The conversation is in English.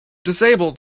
disabled